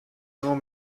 nur